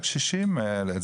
לקשישים האלה,